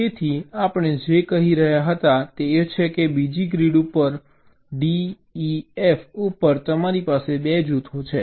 તેથી આપણે જે કહી રહ્યા હતા તે એ છે કે બીજી ગ્રીડ ઉપર D E F ઉપર તમારી પાસે 2 જૂથો છે